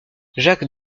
jacques